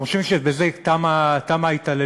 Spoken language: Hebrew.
אתם חושבים שבזה תמה ההתעללות?